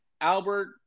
Albert